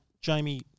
Jamie